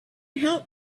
help